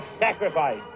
sacrifice